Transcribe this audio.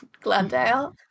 Glendale